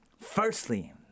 Firstly